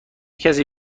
کسی